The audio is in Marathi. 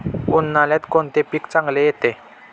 उन्हाळ्यात कोणते पीक चांगले येते?